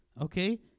okay